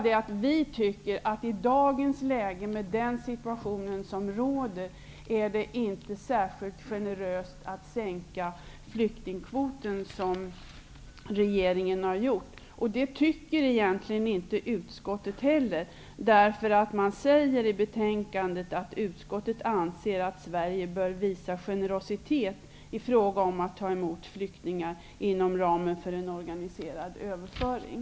Men vi tycker att det med den situation som i dag råder inte är särskilt generöst att sänka flyktingkvoten såsom regeringen har gjort. Det tycker man egentligen inte i utskottet heller, eftersom det i betänkandet sägs att utskottet anser att Sverige bör visa generositet i fråga om att ta emot flyktingar inom ramen för en organiserad överföring.